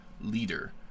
leader